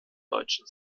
deutschen